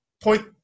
point –